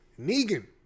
Negan